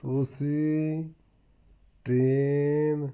ਤੁਸੀਂ ਟਰੇਨ